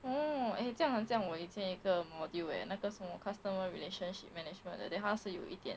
oh 诶这样很像我以前一个 module leh 那个什么 customer relationship management 的 then 他是有一点